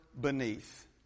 beneath